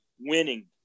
Winning